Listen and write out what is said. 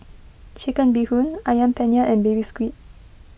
Chicken Bee Hoon Ayam Penyet and Baby Squid